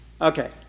Okay